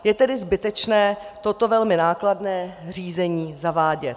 Je tedy zbytečné toto velmi nákladné řízení zavádět.